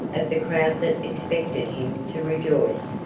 of the crowd that expected him to rejoice,